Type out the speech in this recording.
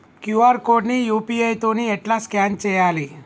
QR code ని UPI తోని ఎట్లా స్కాన్ చేయాలి?